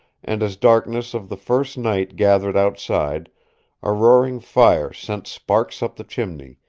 and as darkness of the first night gathered outside a roaring fire sent sparks up the chimney,